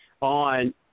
on